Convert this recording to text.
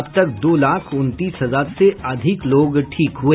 अब तक दो लाख उनतीस हजार से अधिक लोग ठीक हुए